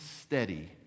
steady